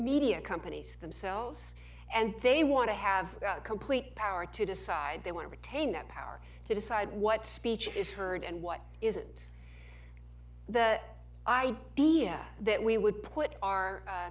media companies themselves and they want to have complete power to decide they want to retain that power to decide what speech is heard and what isn't the idea that we would put our